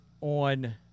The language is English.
on